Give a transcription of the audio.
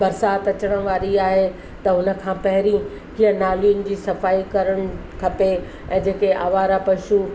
बरसाति अचणु वारी आहे त उन खां पहिरीं कीअं नालियुनि जी सफ़ाई करणु खपे ऐं जेके आवारा पशू